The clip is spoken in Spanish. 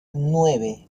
nueve